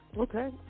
Okay